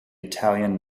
italian